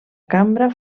cambra